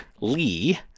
Lee